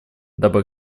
дабы